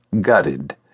gutted